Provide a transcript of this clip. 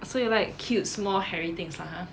so you like cute small hairy things lah !huh!